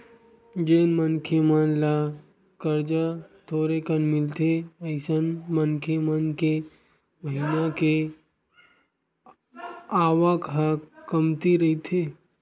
जेन मनखे मन ल करजा थोरेकन मिलथे अइसन मनखे मन के महिना के आवक ह कमती रहिथे